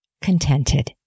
contented